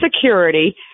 security